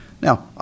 Now